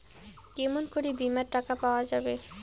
কেমন করি বীমার টাকা পাওয়া যাবে?